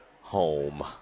home